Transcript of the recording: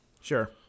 Sure